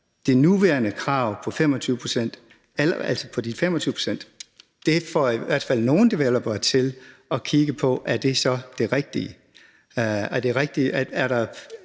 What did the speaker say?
det nuværende krav på 25 pct. i hvert fald får nogle developere til at kigge på, om det så er det rigtige,